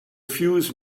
fuse